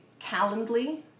Calendly